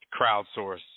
crowdsource